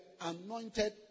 Anointed